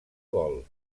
vol